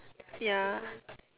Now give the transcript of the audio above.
ya